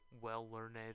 well-learned